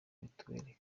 mitiweri